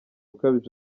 ukabije